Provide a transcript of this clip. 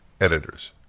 editors